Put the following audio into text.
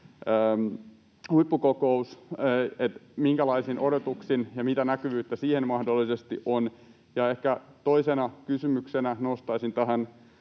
huippukokous. Minkälaisin odotuksin, ja mitä näkyvyyttä siihen mahdollisesti on? Ja ehkä toisena kysymyksenä nostaisin tähän